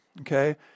Okay